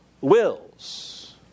wills